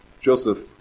Joseph